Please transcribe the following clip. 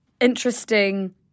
interesting